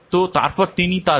তো তারপর তিনি তা দেখেছেন